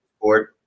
board